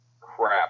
crap